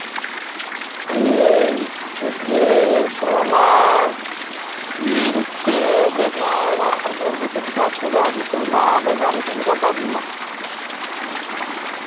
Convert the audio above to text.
ᱤᱧ ᱥᱚᱵᱡᱤ ᱠᱚᱨᱚᱞᱟ ᱩᱪᱪᱷᱟᱹ ᱵᱮᱸᱜᱟᱲ ᱟᱨ ᱵᱚᱨᱵᱷᱴᱤᱧ ᱪᱟᱥ ᱟᱠᱟᱫᱟ ᱱᱤᱛᱳᱜ ᱱᱚᱶᱟ ᱵᱟᱡᱟᱨ ᱨᱮ ᱪᱮᱫ ᱞᱮᱠᱟ ᱫᱟᱢ ᱢᱮᱱᱟᱜᱼᱟ